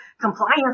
compliance